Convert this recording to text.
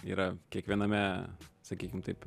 yra kiekviename sakykim taip